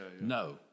No